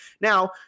Now